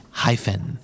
hyphen